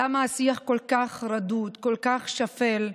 למה השיח כל כך רדוד, כל כך שפל?